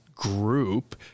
group